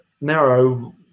narrow